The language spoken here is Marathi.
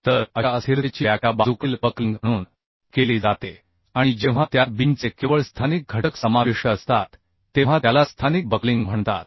तर अशा अस्थिरतेची व्याख्या बाजूकडील बक्लिंग म्हणून केली जाते आणि जेव्हा त्यात बीमचे केवळ स्थानिक घटक समाविष्ट असतात तेव्हा त्याला स्थानिक बक्लिंग म्हणतात